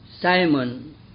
Simon